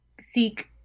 seek